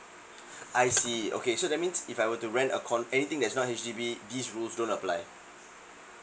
I see okay so that means if I were to rent a con~ anything that's not H_D_B these rules don't apply